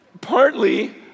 partly